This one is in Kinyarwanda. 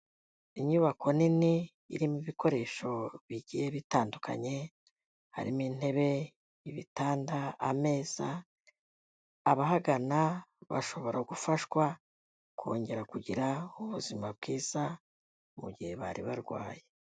Inyubako nini irimo ibikoresho bigiye bitandukanye, harimo intebe, ibitanda, ameza abahagana bashobora gufashwa kongera kugira ubuzima bwiza mu gihe bari barwaye.